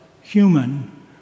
human